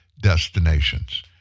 destinations